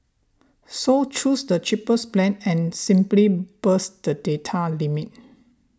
so choose the cheapest plan and simply bust the data limit